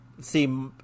see